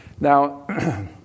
Now